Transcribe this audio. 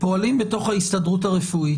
פועלים בתוך ההסתדרות הרפואית.